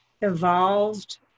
evolved